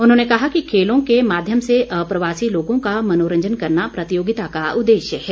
उन्होंने कहा कि खेलों के माध्यम से अप्रवासी लोगों का मनोरंजन करना प्रतियोगिता का उद्देश्य है